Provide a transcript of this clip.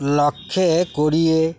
ଲକ୍ଷେ କୋଡ଼ିଏ